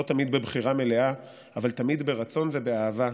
לא תמיד בבחירה מלאה אבל תמיד ברצון ובאהבה,